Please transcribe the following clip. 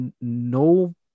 no